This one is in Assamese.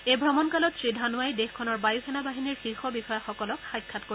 এই ভ্ৰমণকালত শ্ৰী ধানোৱাই দেশখনৰ বায়ুসেনা বাহিনীৰ শীৰ্ষ বিষয়াসকলক সাক্ষাত কৰিব